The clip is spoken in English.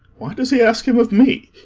why does he ask him of me?